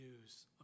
news